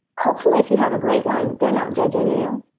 hopefully, if you have a great one, they're not judging you.